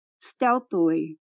stealthily